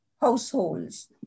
households